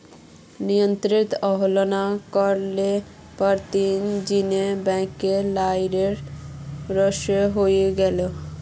नियंत्रनेर अवहेलना कर ल पर तीन निजी बैंकेर लाइसेंस रद्द हई गेले